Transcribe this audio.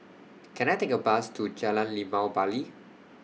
Can I Take A Bus to Jalan Limau Bali